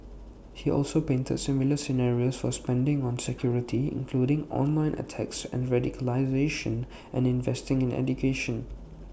he also painted similar scenarios for spending on security including online attacks and radicalisation and investing in education